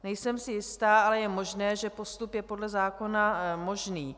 Nejsem si jista, ale je možné, že postup je podle zákona možný.